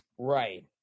Right